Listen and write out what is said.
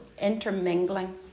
intermingling